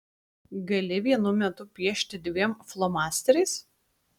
gali vienu metu piešti dviem flomasteriais